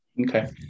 Okay